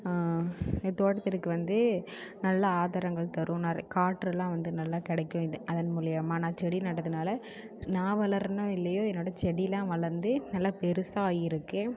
என் தோட்டத்திற்கு வந்து நல்ல ஆதாரங்கள் தரும் நறை காற்றெல்லாம் வந்து நல்லா கிடைக்கும் இது அதன் மூலிமா நான் செடி நடுறதுனால நான் வளர்கிறேனோ இல்லையோ என்னோட செடிலாம் வளர்ந்து நல்லா பெருசாக ஆகிருக்கு